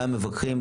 כמה מבקרים יש,